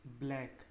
black